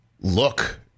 look